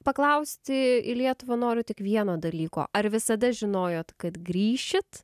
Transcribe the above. paklausti į lietuvą noriu tik vieno dalyko ar visada žinojot kad grįšit